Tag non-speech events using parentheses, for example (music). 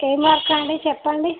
ఏమి (unintelligible) చెప్పండి